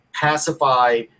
pacify